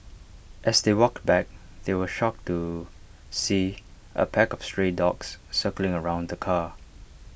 as they walked back they were shocked to see A pack of stray dogs circling around the car